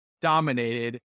dominated